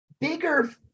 bigger